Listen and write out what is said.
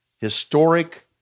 historic